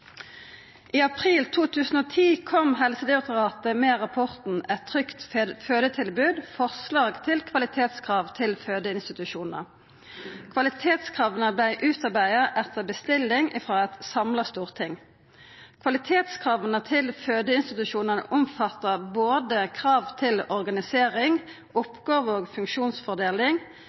I april 2010 kom Helsedirektoratet med rapporten Et trygt fødetilbud – forslag til kvalitetskrav til fødeinstitusjoner. Kvalitetskrava vart utarbeidde etter bestilling frå eit samla storting. Kvalitetskrava til fødeinstitusjonane omfatta krav til både organisering, oppgåver og funksjonsfordeling,